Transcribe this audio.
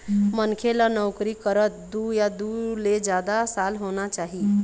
मनखे ल नउकरी करत दू या दू ले जादा साल होना चाही